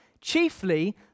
chiefly